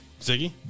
Ziggy